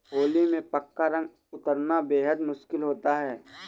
होली में पक्का रंग उतरना बेहद मुश्किल होता है